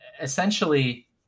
essentially